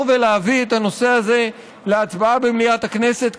ולהביא את הנושא הזה להצבעה במליאת הכנסת,